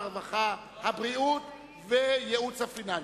הרווחה הבריאות והייעוץ הפיננסי.